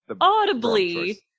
audibly